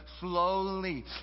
slowly